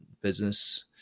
business